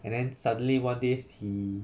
and then suddenly one day he